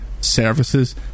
services